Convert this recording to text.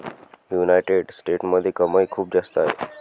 United स्टेट्समध्ये कमाई खूप जास्त आहे